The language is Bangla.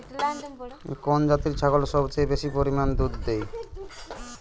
কোন প্রজাতির ছাগল সবচেয়ে বেশি পরিমাণ দুধ দেয়?